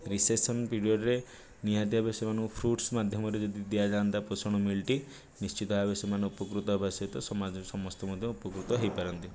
recession ପିରିଅଡ଼ରେ ନିହାତି ଆବଶ୍ୟକମାନେ ଫ୍ରୁଟସ୍ ମାଧ୍ୟମରେ ଯଦି ଦିଆଯାଆନ୍ତା ପୋଷଣ ମିଲ୍ଟି ନିଶ୍ଚିତ ଭାବେ ସେମାନେ ଉପକୃତ ହେବା ସହିତ ସମାଜରେ ସମସ୍ତେ ମଧ୍ୟ ଉପକୃତ ହେଇପାରନ୍ତେ